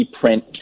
print